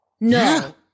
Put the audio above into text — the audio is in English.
no